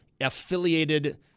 affiliated